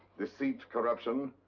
deceit, corruption?